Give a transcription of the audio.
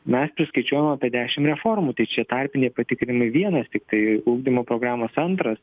mes suskaičiuojam apie dešim reformų tai čia tarpiniai patikrinimai vienas tiktai ugdymo programos antras